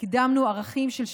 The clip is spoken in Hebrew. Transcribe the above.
קידמנו ערכים של שוויון,